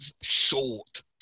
short